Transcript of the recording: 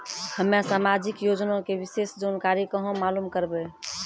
हम्मे समाजिक योजना के विशेष जानकारी कहाँ मालूम करबै?